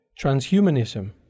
transhumanism